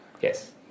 Yes